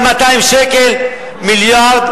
1.2 מיליארד,